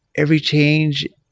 every change,